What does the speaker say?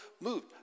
moved